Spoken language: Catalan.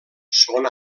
són